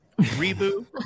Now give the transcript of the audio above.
Reboot